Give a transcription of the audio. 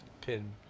pin